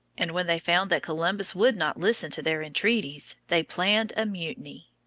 and when they found that columbus would not listen to their entreaties they planned a mutiny.